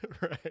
Right